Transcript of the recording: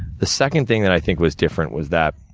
the second thing that i think was different was that,